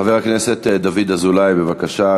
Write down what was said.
חבר הכנסת דוד אזולאי, בבקשה.